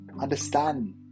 understand